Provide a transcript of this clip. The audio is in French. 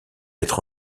être